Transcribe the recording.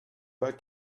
pas